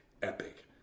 Epic